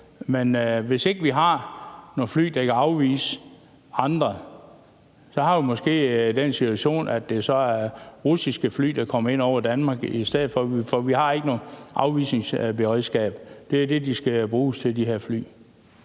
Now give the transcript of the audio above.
Men hvis ikke vi har nogen fly, der kan afvise andre, så har vi måske den situation, at det så er russiske fly, der kommer ind over Danmark i stedet for, fordi vi ikke har noget afvisningsberedskab. Det er det, de her fly skal bruges til. Kl.